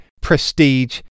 prestige